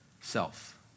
self